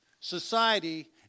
society